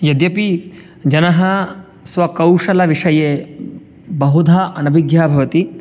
यद्यपि जनाः स्वकौशलविषये बहुधा अनभिज्ञः भवति